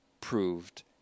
proved